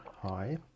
Hi